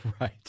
Right